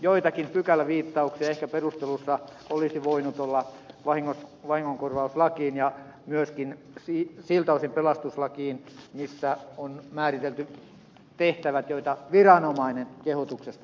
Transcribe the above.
joitakin pykäläviittauksia ehkä perusteluissa olisi voinut olla vahingonkorvauslakiin ja myöskin siltä osin pelastuslakiin missä on määritelty tehtävät joita viranomainen kehotuksesta määrää